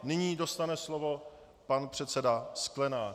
Nyní dostane slovo pan předseda Sklenák...